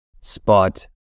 spot